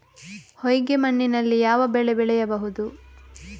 ಹೊಯ್ಗೆ ಮಣ್ಣಿನಲ್ಲಿ ಯಾವ ಬೆಳೆ ಬೆಳೆಯಬಹುದು?